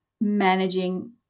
managing